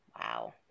Wow